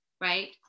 right